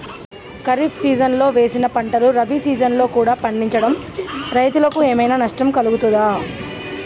ఖరీఫ్ సీజన్లో వేసిన పంటలు రబీ సీజన్లో కూడా పండించడం రైతులకు ఏమైనా నష్టం కలుగుతదా?